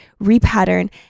repattern